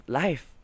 life